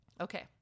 Okay